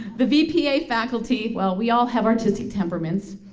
the vpa faculty well, we all have artistic temperaments,